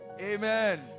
Amen